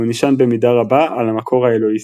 והוא נשען במידה רבה על המקור האלוהיסטי.